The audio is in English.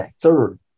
third